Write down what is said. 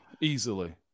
easily